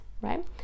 right